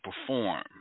perform